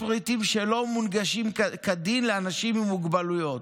פריטים שלא מונגשים כדין לאנשים עם מוגבלויות.